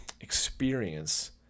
experience